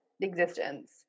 existence